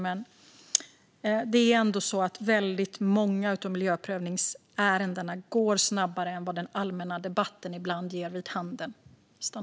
Men det är ändå så att väldigt många av miljöprövningsärendena går snabbare än vad den allmänna debatten ibland ger vid handen.